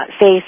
face